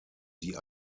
die